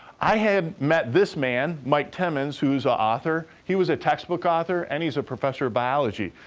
i had met this man, mike timmons, who's a author. he was a textbook author and he's a professor of biology.